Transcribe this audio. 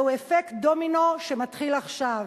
זהו אפקט דומינו, שמתחיל עכשיו.